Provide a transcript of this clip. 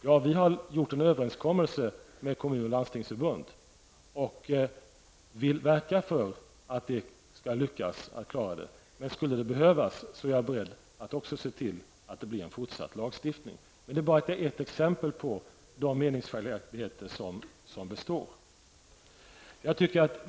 Ja, vi har träffat en överenskommelse med Kommunförbundet och Landstingsförbundet och vill verka för att det skall gå att klara detta. Men om så skulle behövas, är jag också beredd att se till att det blir fortsatt lagstiftning. Det är ett exempel på de meningsskiljaktigheter som består.